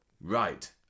Right